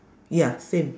ya same